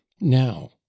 now